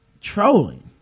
trolling